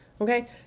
Okay